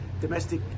domestic